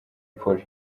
polly